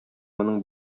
моның